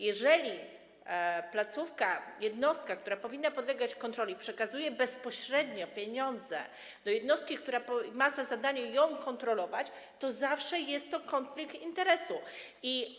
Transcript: Jeżeli placówka, jednostka, która powinna podlegać kontroli, przekazuje bezpośrednio pieniądze do jednostki, która ma za zadanie ją kontrolować, to zawsze jest to konflikt interesów.